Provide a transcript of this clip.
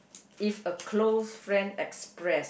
is a close friend express